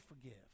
forgive